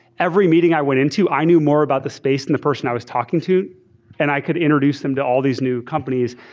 every meeting i went into, i knew more about the space and the person i was talking to and i could introduce them to all these new companies.